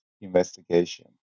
investigation